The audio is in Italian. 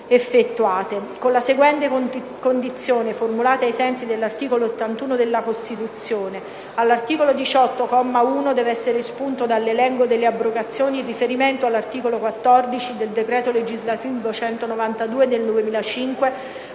con la seguente condizione, formulata ai sensi dell'articolo 81 della Costituzione: - all'articolo 18, comma 1, deve essere espunto dall'elenco delle abrogazioni il riferimento all'articolo 14 del decreto legislativo n. 192 del 2005,